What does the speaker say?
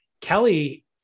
Kelly